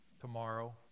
tomorrow